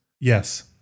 Yes